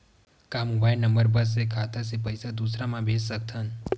का mobile number बस से खाता से पईसा दूसरा मा भेज सकथन?